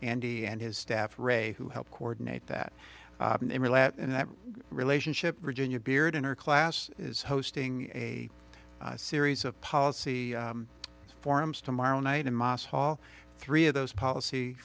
andy and his staff ray who helped coordinate that relationship virginia beard in our class is hosting a series of policy forums tomorrow night in moscow all three of those policy